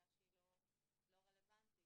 הם מהווים אוכלוסייה שהיא לא רלוונטית.